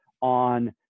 on